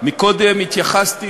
קודם התייחסתי